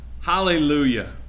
hallelujah